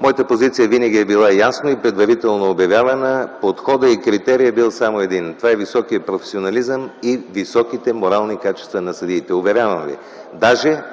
Моята позиция винаги е била ясна и предварително обявявана, подходът и критерият е бил само един: това е високият професионализъм и високите морални качества на съдиите. Уверявам ви,